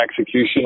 execution